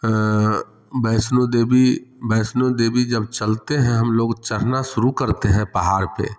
अ वैष्णो देवी वैष्णो देवी जब चलते हैं हम लोग चढ़ना शुूरू करते हैं पहाड़ पर